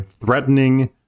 threatening